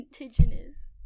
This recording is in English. indigenous